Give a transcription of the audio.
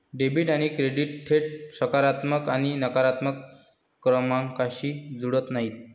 debit आणि credit थेट सकारात्मक आणि नकारात्मक क्रमांकांशी जुळत नाहीत